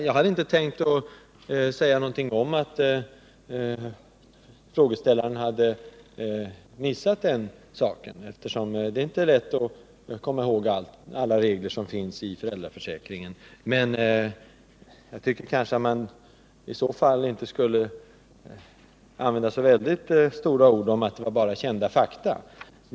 Jag hade inte tänkt säga någonting om att frågeställaren hade missat den saken, eftersom det inte är lätt att komma ihåg alla regler i föräldraförsäkringen. Men jag tycker att hon i så fall kanske inte skall använda så stora ord om att det bara är kända fakta i svaret.